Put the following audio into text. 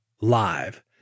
live